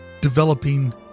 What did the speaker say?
developing